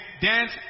dance